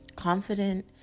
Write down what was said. confident